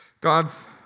God's